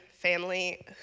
family